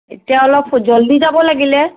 এতিয়া অলপ জল্দি যাব লাগিলে